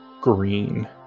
green